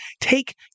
take